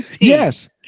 Yes